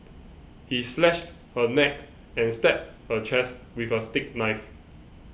he slashed her neck and stabbed her chest with a steak knife